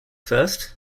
first